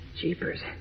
Jeepers